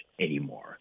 anymore